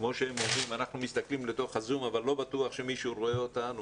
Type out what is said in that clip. - כמו שהם אומרים שהם מסתכלים לתוך ה-זום אבל לא בטוח שמישהו רואה אותם